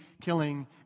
killing